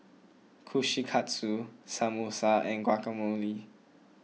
Kushikatsu Samosa and Guacamole